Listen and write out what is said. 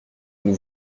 nous